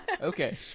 Okay